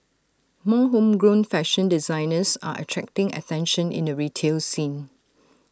more homegrown fashion designers are attracting attention in the retail scene